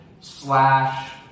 slash